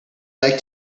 like